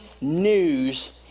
news